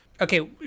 Okay